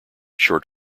short